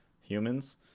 humans